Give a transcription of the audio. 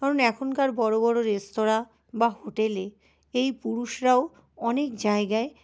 কারণ এখনকার বড়ো বড়ো রেস্তোরাঁ বা হোটেলে এই পুরুষরাও অনেক জায়গায়